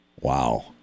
Wow